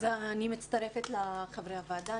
אני מצטרפת לחברי הוועדה.